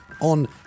on